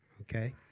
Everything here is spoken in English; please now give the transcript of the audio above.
okay